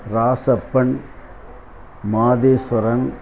Rasappan Madheswaran